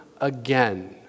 again